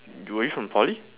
were you from poly